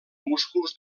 músculs